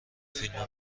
فیلما